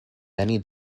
many